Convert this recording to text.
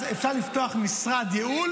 אפשר לפתוח משרד ייעול